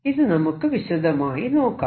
ഇത് നമുക്ക് വിശദമായി നോക്കാം